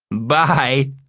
bye!